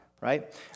right